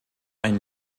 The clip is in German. ein